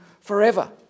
forever